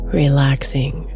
relaxing